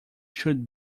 should